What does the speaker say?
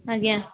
ଆଜ୍ଞା